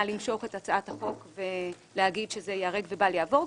למשוך את הצעת החוק בטענת ייהרג ובל יעבור,